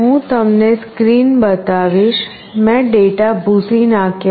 હું તમને સ્ક્રીન બતાવીશ મેં ડેટા ભૂંસી નાખ્યો છે